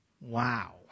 Wow